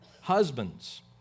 Husbands